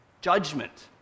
judgment